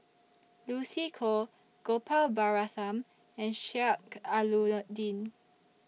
Lucy Koh Gopal Baratham and Sheik Alau'ddin